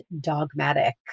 dogmatic